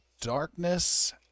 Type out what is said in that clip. darkness